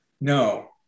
no